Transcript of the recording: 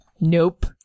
Nope